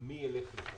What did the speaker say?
מי ילך.